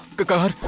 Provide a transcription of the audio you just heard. the car?